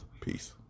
Peace